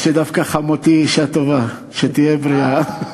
יש לי דווקא, חמותי אישה טובה, שתהיה בריאה.